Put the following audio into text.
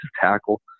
tackle